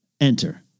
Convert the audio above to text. Enter